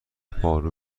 پارو